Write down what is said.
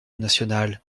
nationale